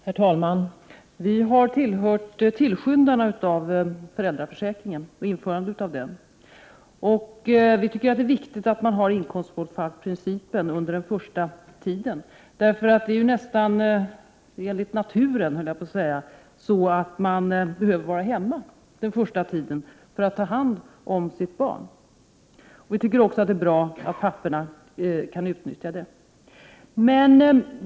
Herr talman! Folkpartiet har tillhört tillskyndarna av föräldraförsäkringen och införandet av den, och vi tycker att det är viktigt att inkomstbortfallsprincipen gäller under den första tiden. Det är nästan enligt naturen så att en förälder behöver vara hemma den första tiden för att ta hand om sitt barn, och det är bra att också papporna kan utnyttja detta.